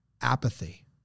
apathy